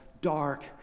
dark